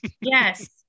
Yes